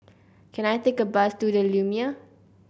can I take a bus to the Lumiere